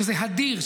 שזה הדיר,